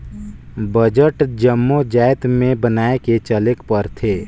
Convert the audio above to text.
budget जम्मो जाएत में बनाए के चलेक परथे